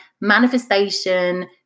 manifestation